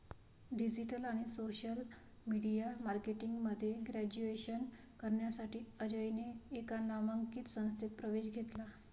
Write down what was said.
digital आणि social media marketing मध्ये graduation करण्यासाठी अजयने एका नामांकित संस्थेत प्रवेश घेतला